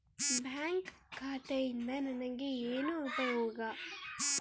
Bank ಖಾತೆಯಿಂದ ನನಗೆ ಏನು ಉಪಯೋಗ?